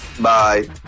Bye